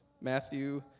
Matthew